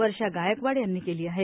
वर्षा गायकवाड यांनी केली आहे